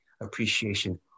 appreciation